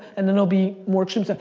and then there'll be more extreme stuff.